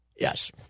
Yes